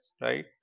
Right